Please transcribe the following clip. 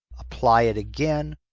apply it again.